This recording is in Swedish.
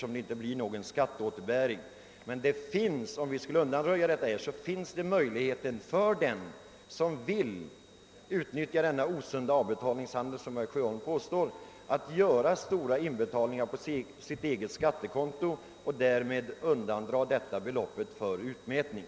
Om vi däremot skulle avstå från denna bestämmelse, finns det möjligheter för dem som vill utnyttja en osund avbetalningshandel — som herr Sjöholm talade om — att göra stora inbetalningar på sitt eget skattekonto och därigenom undandra dessa belopp från utmätning.